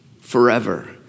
forever